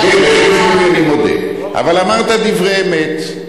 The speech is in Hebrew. לשם שינוי אני מודה, אבל אמרת דברי אמת.